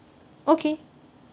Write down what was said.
okay